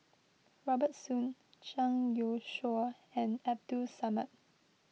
Robert Soon Zhang Youshuo and Abdul Samad